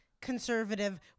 conservative